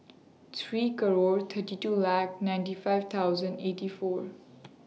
three twenty two laugh ninety five hundred eighty four